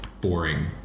boring